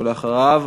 ואחריו,